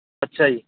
ਅੱਛਾ ਜੀ